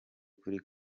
kuri